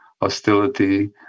hostility